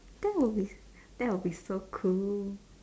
that will be that will be so cool